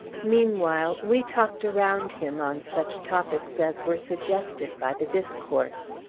meanwhile, we talked around him on such topics as were suggested by the discourse.